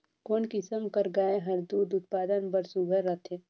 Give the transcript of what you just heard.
कोन किसम कर गाय हर दूध उत्पादन बर सुघ्घर रथे?